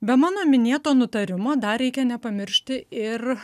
be mano minėto nutarimo dar reikia nepamiršti ir